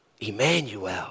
Emmanuel